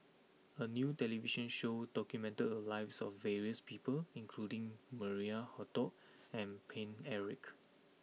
a new television show documented the a lives of various people including Maria Hertogh and Paine Eric